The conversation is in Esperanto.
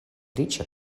riĉa